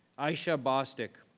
ishia bostic.